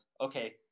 okay